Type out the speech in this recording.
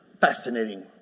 Fascinating